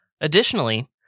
Additionally